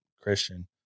Christian